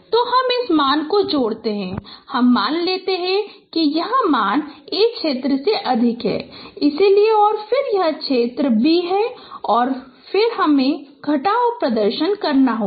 तो हम इस मान को जोड़ते हैं हम मान लेते हैं कि यह मान A क्षेत्र से अधिक है इसलिए और फिर यह क्षेत्र B है और फिर हमें एक घटाव प्रदर्शन करना होगा